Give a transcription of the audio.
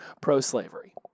pro-slavery